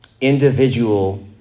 Individual